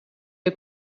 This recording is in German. ihr